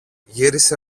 γύρισε